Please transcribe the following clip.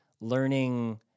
learning